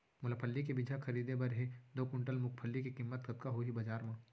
मोला फल्ली के बीजहा खरीदे बर हे दो कुंटल मूंगफली के किम्मत कतका होही बजार म?